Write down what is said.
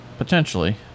Potentially